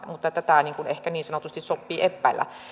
tätä ehkä niin sanotusti soppii eppäillä